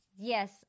Yes